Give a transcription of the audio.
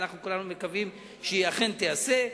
ואנחנו כולנו מקווים שהיא אכן תיעשה.